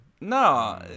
No